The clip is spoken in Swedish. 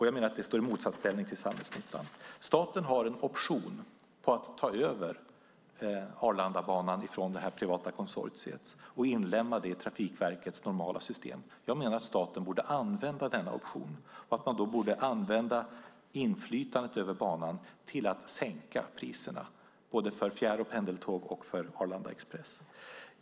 Jag menar att det står i motsatsställning till samhällsnyttan. Staten har en option på att ta över Arlandabanan från det privata konsortiet och inlemma det i Trafikverkets normala system. Jag menar att staten borde använda den optionen och då använda inflytandet över banan till att sänka priserna både för fjärr och pendeltåg och för Arlanda Express.